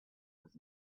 was